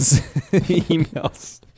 emails